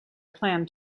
plan